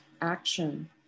action